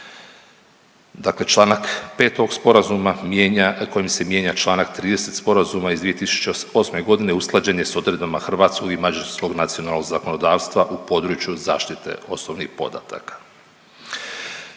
Dakle čl. 5 ovog Sporazuma kojim se mijenja čl. 30 Sporazuma iz 2008. g. usklađen je s odredbama hrvatskog i mađarskog nacionalnog zakonodavstva u području zaštite osobnih podataka.